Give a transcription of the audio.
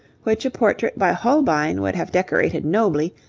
which a portrait by holbein would have decorated nobly,